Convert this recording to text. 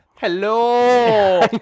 Hello